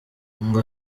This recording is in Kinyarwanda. ngo